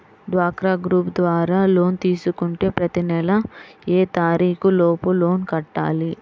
డ్వాక్రా గ్రూప్ ద్వారా లోన్ తీసుకుంటే ప్రతి నెల ఏ తారీకు లోపు లోన్ కట్టాలి?